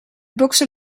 bokser